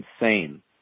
insane